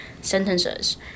sentences